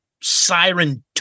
siren